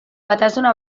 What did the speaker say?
batasuna